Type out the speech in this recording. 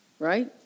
Right